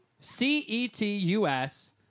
C-E-T-U-S